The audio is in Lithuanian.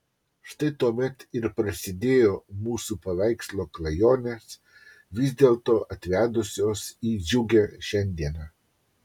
štai tuomet ir prasidėjo mūsų paveikslo klajonės vis dėlto atvedusios į džiugią šiandieną